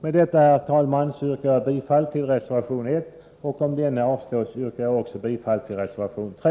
Med detta, herr talman, yrkar jag bifall till reservation 1. Under förutsättning av avslag på reservation 1 yrkar jag bifall till reservation 3.